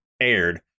aired